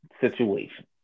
situation